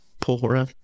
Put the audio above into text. poorer